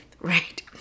right